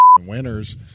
winners